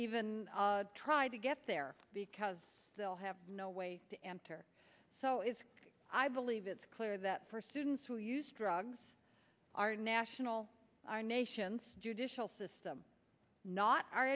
even tried to get there because they'll have no way to enter so it's i believe it's clear that for students who use drugs our national our nation's judicial system not our